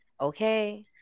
Okay